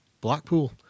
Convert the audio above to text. Blackpool